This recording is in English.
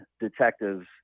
detectives